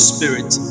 Spirit